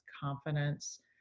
confidence